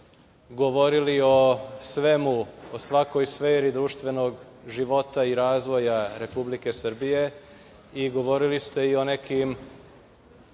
svemu, o svakoj sferi društvenog života i razvoja Republike Srbije i govorili ste i nekim